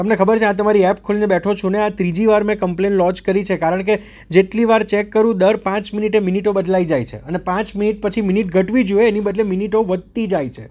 તમને ખબર છે આ તમારી એપ ખોલીને બેઠો છું ને આ ત્રીજી વાર મેં કમ્પલેન લોજ કરી છે કારણ કે જેટલી વાર ચેક કરું દર પાંચ મિનિટે મિનિટો બદલાઈ જાય છે અને પાંચ મિનિટ પછી મિનિટ ઘટવી જોઈએ એની બદલે મિનિટો વધતી જાય છે